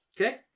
Okay